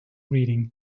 reading